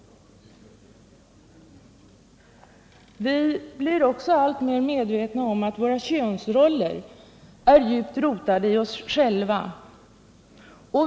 Vi blir också alltmer medvetna om att våra könsroller är djupt rotade i oss själva.